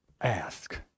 ask